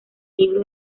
libro